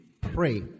pray